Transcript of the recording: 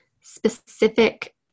specific